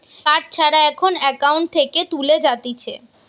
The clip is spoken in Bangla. কার্ড ছাড়া এখন একাউন্ট থেকে তুলে যাতিছে